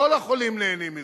כל החולים נהנים מזה,